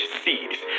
seeds